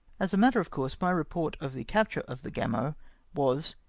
as a matter of course, my report of the capture of the gamo was,